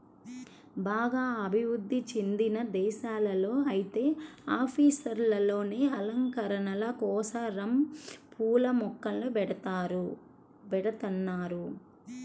బాగా అభివృధ్ధి చెందిన దేశాల్లో ఐతే ఆఫీసుల్లోనే అలంకరణల కోసరం పూల మొక్కల్ని బెడతన్నారు